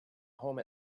home